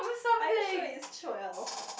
are you sure it's twelve